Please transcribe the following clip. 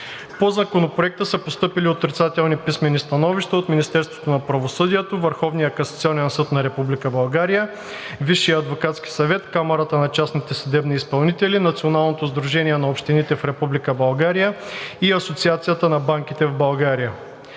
По Законопроекта са постъпили отрицателни писмени становища от Министерството на правосъдието, Върховния касационен съд на Република България, Висшия адвокатски съвет, Камарата на частните съдебни изпълнители, Националното сдружение на общините в Република България и Асоциацията на банките в България.